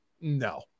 no